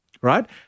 right